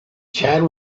chad